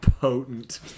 Potent